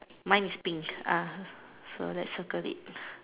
mine is pink uh so let's circle it